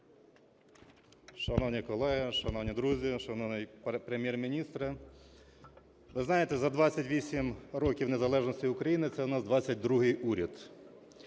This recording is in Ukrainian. Шановні колеги, шановні друзі, шановний Прем'єр-міністре! Ви знаєте, за 28 років незалежності України це в нас 22-й уряд.